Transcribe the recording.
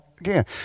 again